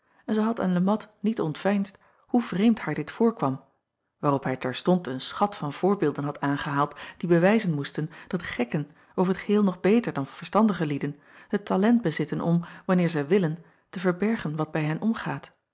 en zij had aan e at niet ontveinsd hoe vreemd haar dit voorkwam waarop hij terstond een schat van voorbeelden had aangehaald die bewijzen moesten dat gekken over t geheel nog beter dan verstandige lieden het talent bezitten acob van ennep laasje evenster delen om wanneer zij willen te verbergen wat bij hen omgaat